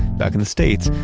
back in the states,